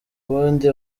ubundi